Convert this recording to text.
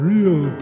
Real